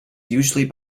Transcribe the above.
usually